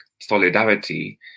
solidarity